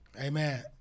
amen